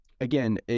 Again